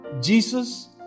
jesus